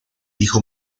hijo